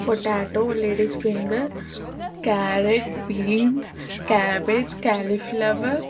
potato ladies finger carrot beans cabbage cauliflower